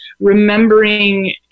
remembering